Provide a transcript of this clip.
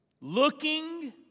looking